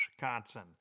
Wisconsin